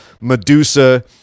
Medusa